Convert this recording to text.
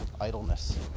idleness